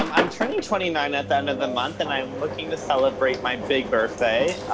um i'm turning twenty nine at the end of the month and i'm looking to celebrate my big birthday.